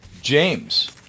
James